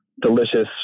delicious